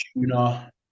tuna